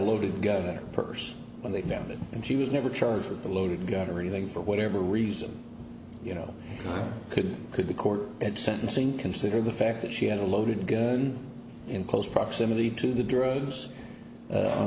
loaded gun in her purse when they condemn it and she was never charged with a loaded gun or anything for whatever reason you know could could the court at sentencing consider the fact that she had a loaded gun in close proximity to the drugs